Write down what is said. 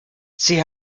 sie